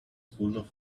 full